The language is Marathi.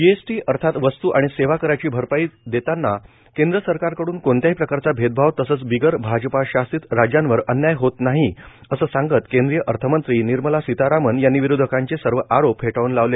जीएसटी अर्थात वस्तू आणि सेवा कराची भरपाई देताना केंद्र सरकारकडून कोणत्याही प्रकारचा भेदभाव तसंच बिगर भाजपा शासित राज्यांवर अन्याय होत नाही असं सांगत केंद्रीय वितमंत्री निर्मला सीतारामन यांनी विरोधकांचे सर्व आरोप फेटाळून लावले